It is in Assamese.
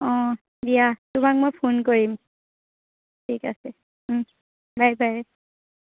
অঁ দিয়া তোমাক মই ফোন কৰিম ঠিক আছে বাই বাই